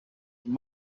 from